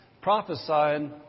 prophesying